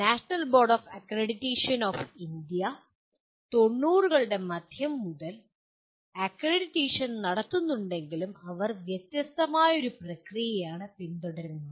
national board of accreditation of India 90 കളുടെ മധ്യം മുതൽ അക്രഡിറ്റേഷൻ നടത്തുന്നുണ്ടെങ്കിലും അവർ വ്യത്യസ്തമായ ഒരു പ്രക്രിയയാണ് പിന്തുടരുന്നത്